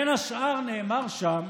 בין השאר נאמר שם